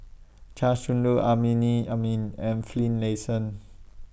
Chia Shi Lu Amrinmi Amin and Finlayson